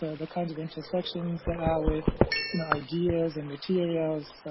the the kinds of intersections with you know ideas and materials,